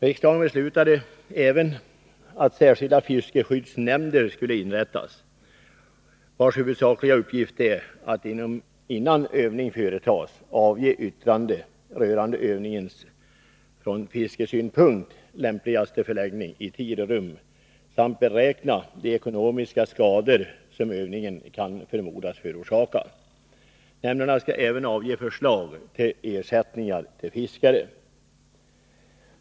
Riksdagen beslutade även att särskilda fiskeskyddsnämnder skulle inrättas, vilkas huvudsakliga uppgift är att innan övning företas avge yttrande rörande övningens från fiskesynpunkt lämpligaste förläggning i tid och rum samt beräkna de ekonomiska skador som övningen kan förmodas förorsaka. Nämnderna skall även avge förslag till ersättningar till fiskare.